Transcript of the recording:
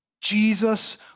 Jesus